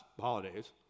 holidays